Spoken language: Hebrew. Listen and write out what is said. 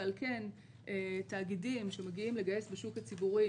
ועל כן תאגידים שמגיעים לגייס בשוק הציבורי